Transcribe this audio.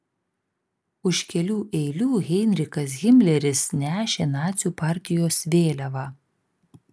už kelių eilių heinrichas himleris nešė nacių partijos vėliavą